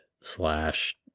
slash